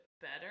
better